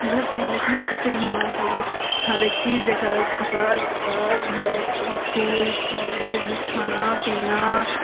घर सम्हालेके लियऽ स्त्री होना चाहिए हरेक चीज देख रहल कपड़ा लत्ता घर इसकुल कॉलेज खाना पीना